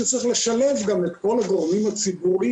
כמובן צריך לשלב את כל הגורמים הציבוריים,